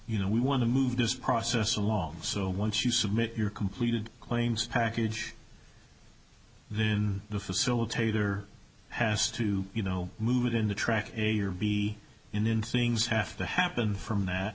you know we want to move this process along so once you submit your completed claims package then the facilitator has to you know move it in the track a or b in things have to happen from that